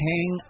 Hang